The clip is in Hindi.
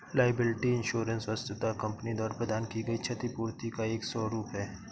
लायबिलिटी इंश्योरेंस वस्तुतः कंपनी द्वारा प्रदान की गई क्षतिपूर्ति का एक स्वरूप है